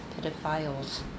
pedophiles